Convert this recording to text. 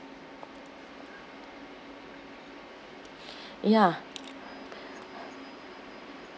ya